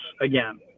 again